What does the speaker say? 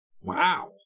Wow